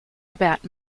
about